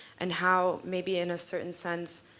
and how, maybe in a certain sense,